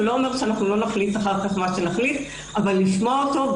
זה לא אומר שאנחנו לא נחליט אחר כך מה שנחליט אבל לשמוע אותו.